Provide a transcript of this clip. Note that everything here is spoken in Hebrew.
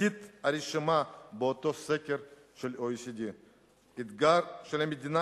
בתחתית הרשימה באותו סקר של OECD. האתגר של המדינה